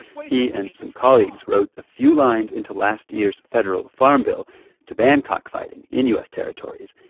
he and some colleagues wrote a few lines into last year's federal farm bill to ban cockfighting in u s. territories.